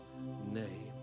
name